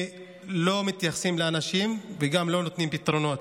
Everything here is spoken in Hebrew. לא מתייחסים לאנשים וגם לא נותנים פתרונות.